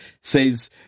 says